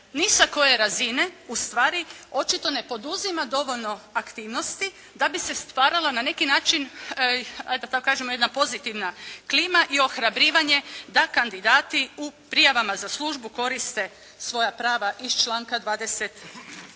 ni sa koje razine ustvari očito ne poduzima dovoljno aktivnosti da bi stvarala na neki način eto da tako kažemo jedna pozitivna klima i ohrabrivanje da kandidati u prijavama za službu koriste svoja prava iz članka 22.